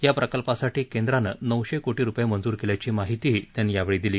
या प्रकल्पासाठी केंद्रानं नऊशे कोटी रुपये मंजूर केल्याची माहिती त्यांनी दिली